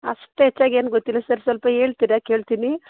ಅಷ್ಟು ಹೆಚ್ಚಾಗ್ ಏನೂ ಗೊತ್ತಿಲ್ಲ ಸರ್ ಸ್ವಲ್ಪ ಹೇಳ್ತಿರ ಕೇಳ್ತೀನಿ